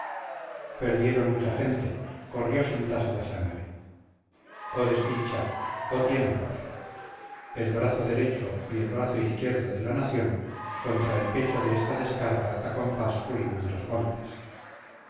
perdieron mucha gente corrió sin tasa la sangre oh desdicha oh tiempos el brazo derecho y el brazo izquierdo de la nación contra el pecho de esta descargan a compás furibundos golpes